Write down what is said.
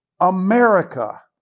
America